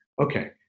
Okay